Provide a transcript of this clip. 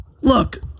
look